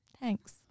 Thanks